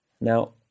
Now